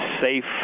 safe